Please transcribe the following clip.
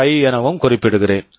5 எனவும் குறிப்பிடுகிறேன்